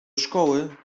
szkoły